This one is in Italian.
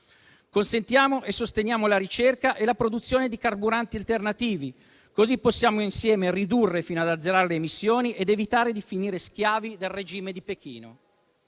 Consentiamo e sosteniamo la ricerca e la produzione di carburanti alternativi: così possiamo insieme ridurre le emissioni, fino ad azzerarle, ed evitare di finire schiavi del regime di Pechino.